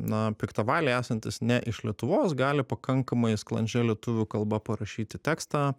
na piktavaliai esantys ne iš lietuvos gali pakankamai sklandžia lietuvių kalba parašyti tekstą